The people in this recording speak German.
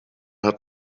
hat